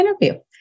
interview